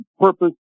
purpose